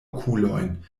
okulojn